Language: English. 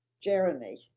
Jeremy